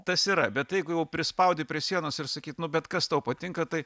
tas yra bet jeigu jau prispaudi prie sienos ir sakyt nu bet kas tau patinka tai